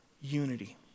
unity